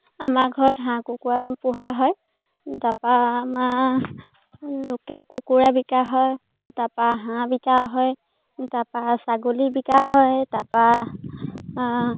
আমাৰ ঘৰত হাঁহ কুকুৰা পোহা হয় তাৰপৰা আমাৰ লোকেল কুকুৰা বিকা হয় তাৰপৰা হাঁহ বিকা হয় তাৰপৰা ছাগলী বিকা হয় তাৰপৰা